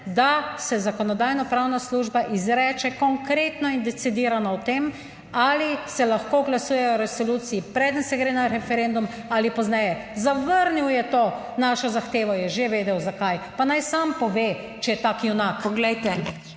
da se Zakonodajno-pravna služba izreče konkretno in decidirano o tem ali se lahko glasuje o resoluciji preden se gre na referendum ali pozneje. Zavrnil je to našo zahtevo, je že vedel zakaj, pa naj sam pove, če je tak junak.